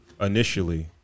initially